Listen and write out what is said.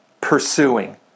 pursuing